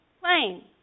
plane